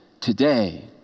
today